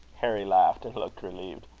harry laughed, and looked relieved.